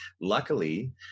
Luckily